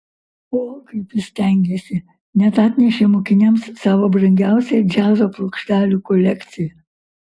o kaip jis stengėsi net atnešė mokiniams savo brangiausią džiazo plokštelių kolekciją